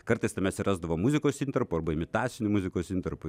kartais tame atsirasdavo muzikos intarpų arba imitacinių muzikos intarpų